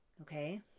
Okay